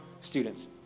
students